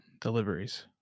deliveries